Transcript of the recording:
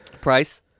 price